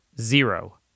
Zero